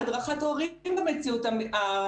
להדרכת הורים במציאות הזאת.